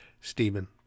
Stephen